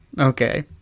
Okay